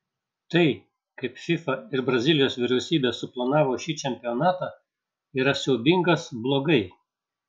tai kaip fifa ir brazilijos vyriausybė suplanavo šį čempionatą yra siaubingas blogai